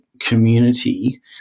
Community